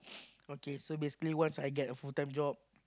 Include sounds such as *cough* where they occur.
*noise* okay so basically once I get a full time job